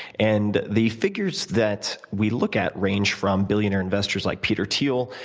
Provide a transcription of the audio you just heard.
and the figures that we look at range from billionaire investors like peter thiel,